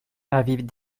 avis